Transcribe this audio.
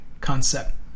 concept